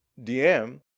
DM